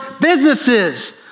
businesses